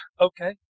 okay